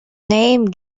name